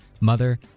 mother